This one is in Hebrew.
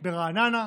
ברעננה,